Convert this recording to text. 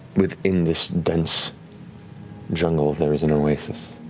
within this dense jungle, there is an oasis,